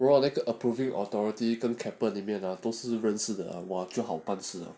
没有那个 approving authority can Keppel 里面的都是认识的 !wah! 正好办事 liao